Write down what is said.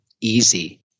easy